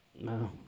No